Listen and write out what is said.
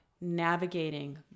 navigating